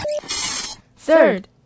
Third